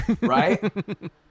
right